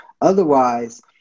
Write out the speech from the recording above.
Otherwise